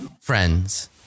friends